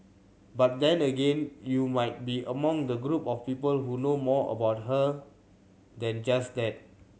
but then again you might be among the group of people who know more about her than just that